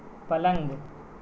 پلنگ